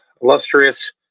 illustrious